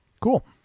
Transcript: cool